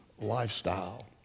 lifestyle